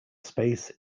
space